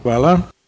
Hvala.